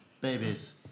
Babies